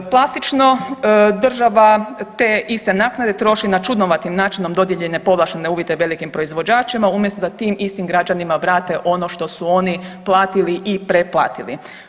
Plastično, država te iste naknade troši na čudnovatim načinom dodijeljene povlaštene uvjete velikim proizvođačima odnosno da tim istim građanima vrate ono što su oni platili i preplatili.